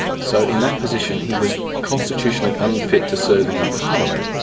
so in that position he was constitutionally unfit to serve in our parliament,